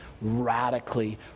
radically